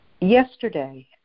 Yesterday